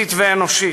פיזית ואנושית,